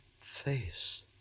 face